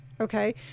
Okay